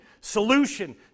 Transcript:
solution